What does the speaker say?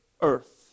earth